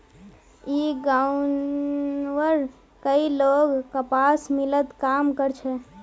ई गांवउर कई लोग कपास मिलत काम कर छे